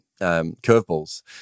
curveballs